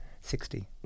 Sixty